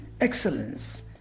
excellence